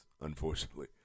unfortunately